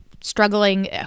struggling